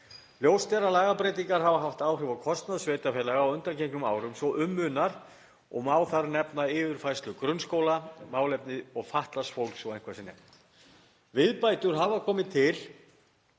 Ljóst er að lagabreytingar hafa haft áhrif á kostnað sveitarfélaga á undangengnum árum svo um munar og má þar nefna yfirfærslu grunnskóla og málefni fatlaðs fólks, svo eitthvað sé nefnt. Viðbætur hafa komið til